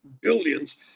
billions